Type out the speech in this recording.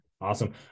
Awesome